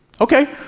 Okay